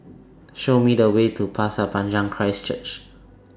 Show Me The Way to Pasir Panjang Christ Church